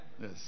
yes